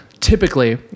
Typically